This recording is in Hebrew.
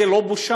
זו לא בושה?